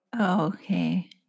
Okay